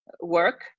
work